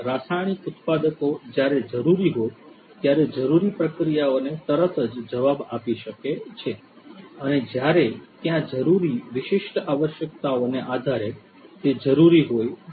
રાસાયણિક ઉત્પાદકો જ્યારે જરૂરી હોય ત્યારે જરૂરી પ્રક્રિયાઓને તરત જ જવાબ આપી શકે છે અને જ્યારે ત્યાં જરૂરી વિશિષ્ટ આવશ્યકતાઓને આધારે તે જરૂરી હોય ત્યારે